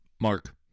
Mark